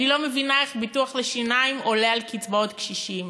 אני לא מבינה איך ביטוח לשיניים עולה על קצבאות קשישים,